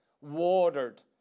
watered